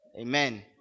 amen